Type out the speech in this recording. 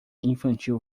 infantil